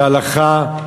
בהלכה,